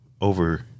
over